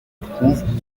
trouvent